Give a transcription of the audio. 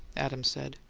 adams said,